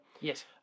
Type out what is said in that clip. Yes